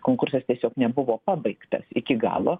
konkursas tiesiog nebuvo pabaigtas iki galo